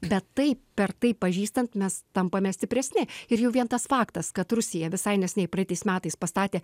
bet taip per tai pažįstant mes tampame stipresni ir jau vien tas faktas kad rusija visai neseniai praeitais metais pastatė